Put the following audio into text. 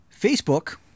Facebook